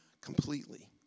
completely